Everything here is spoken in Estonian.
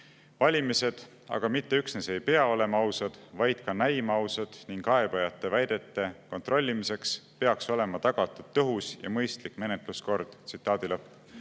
"Valimised aga mitte üksnes ei pea olema ausad, vaid ka näima ausad ning kaebajate väidete kontrollimiseks peaks olema tagatud tõhus ja mõistlik menetluskord."